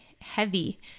heavy